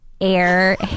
air